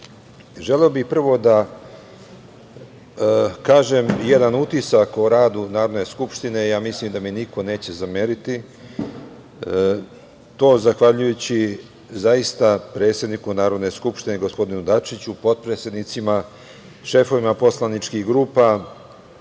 želeo bih prvo da kažem jedan utisak o radu Narodne skupštine, mislim da mi niko neće zameriti. Zahvaljujući zaista predsedniku Narodne skupštine, gospodine Dačiću, potpredsednicima, šefovima poslaničkih grupa